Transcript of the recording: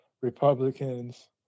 Republicans